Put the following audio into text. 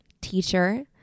teacher